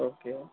okay